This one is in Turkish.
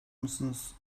musunuz